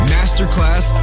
Masterclass